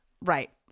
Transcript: right